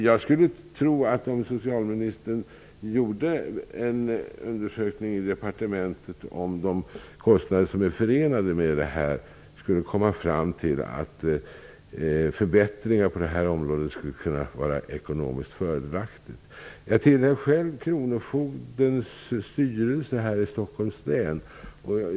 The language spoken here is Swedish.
Jag skulle tro att socialministern, om han gjorde en undersökning i departementet för att se över de kostnader som är förenade med de här åtgärderna, skulle komma fram till att förbättringar på detta område skulle kunna vara ekonomiskt fördelaktigt. Själv tillhör jag kronofogdens styrelse i Stockholms län.